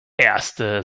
erste